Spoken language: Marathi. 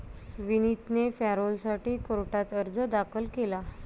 विनीतने पॅरोलसाठी कोर्टात अर्ज दाखल केला